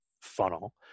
funnel